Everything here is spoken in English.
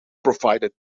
provided